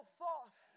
forth